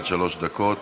עד שלוש דקות.